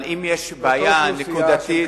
אם יש בעיה נקודתית,